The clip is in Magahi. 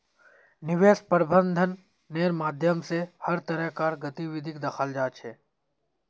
निवेश प्रबन्धनेर माध्यम स हर तरह कार गतिविधिक दखाल जा छ